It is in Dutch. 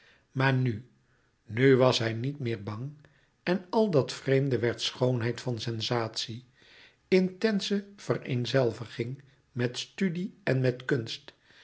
maar nu nu was hij niet meer bang en al dat vreemde werd schoonheid van sensatie intense vereenzelviging met studie en met kunst